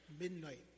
midnight